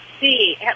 see